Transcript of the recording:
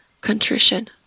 contrition